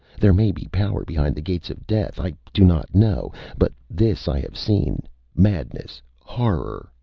there may be power behind the gates of death, i do not know. but this i have seen madness, horror,